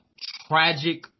tragic